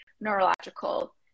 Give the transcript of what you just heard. neurological